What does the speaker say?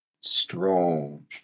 Strong